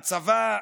הצבא,